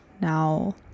now